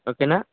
ఓకేనా